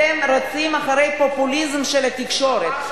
אתם רודפים אחרי פופוליזם של התקשורת,